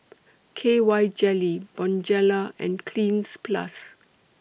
K Y Jelly Bonjela and Cleanz Plus